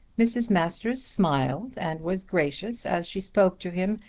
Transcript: mrs. masters smiled and was gracious as she spoke to him,